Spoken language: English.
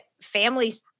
families